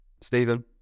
Stephen